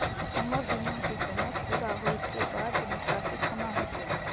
हमर बीमा के समय पुरा होय के बाद निकासी कोना हेतै?